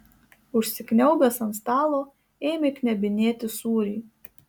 užsikniaubęs ant stalo ėmė knebinėti sūrį